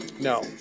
no